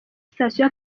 sitasiyo